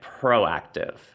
proactive